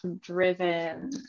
driven